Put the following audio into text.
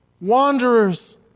Wanderers